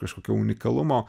kažkokio unikalumo